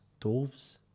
dwarves